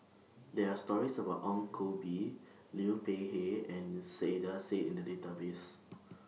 There Are stories about Ong Koh Bee Liu Peihe and Saiedah Said in The Database